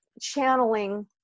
channeling